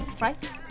right